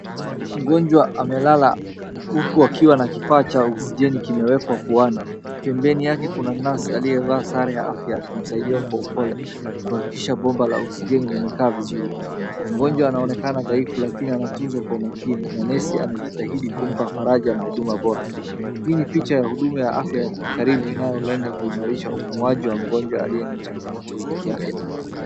Mgonjwa amelala huku akiwa na kifaa cha oksijeni kimewekwa puani. Pembeni yake kuna nasi aliyevaa sari ya afya kumsaidia kwa upole. Kuhakikisha bomba la oksijeni limekaa vizuri. Mgonjwa anaonekana dhaifu lakini anatuzwa kwa makini na nesi. Anajitahidi kumpa faraja na huduma bora. Hii ni picha ya huduma ya afya karibu inayolenga kuimarisha upumuaji wa mgonjwa aliye na changamoto za kiafya.